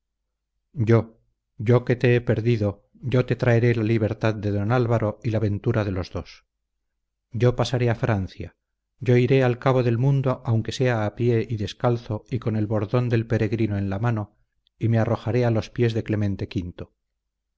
yo yo que te he perdido yo te traeré la libertad de don álvaro y la ventura de los dos yo pasaré a francia yo iré al cabo del mundo aunque sea a pie y descalzo y con el bordón del peregrino en la mano y me arrojaré a los pies de clemente